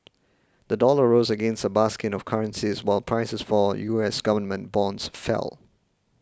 the dollar rose against a basket of currencies while prices for U S government bonds fell